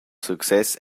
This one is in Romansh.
success